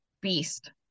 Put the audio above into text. beast